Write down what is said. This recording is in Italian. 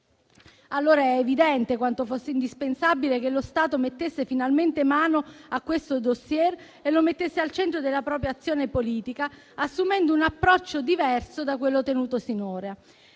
Allora è evidente quanto fosse indispensabile che lo Stato mettesse finalmente mano a questo *dossier* e lo mettesse al centro della propria azione politica, assumendo un approccio diverso da quello tenuto finora.